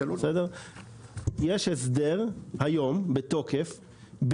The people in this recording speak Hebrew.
יש הסדר היום בתוקף.